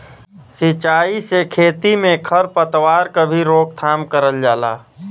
सिंचाई से खेती में खर पतवार क भी रोकथाम करल जाला